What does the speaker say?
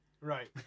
Right